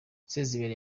sezibera